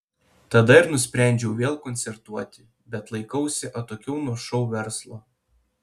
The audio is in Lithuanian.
tada ir nusprendžiau vėl koncertuoti bet laikausi atokiau nuo šou verslo